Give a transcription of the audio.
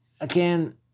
Again